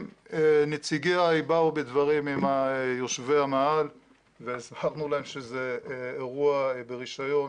נציגיי באו בדברים עם יושבי המאהל והסברנו להם שזה אירוע ברישיון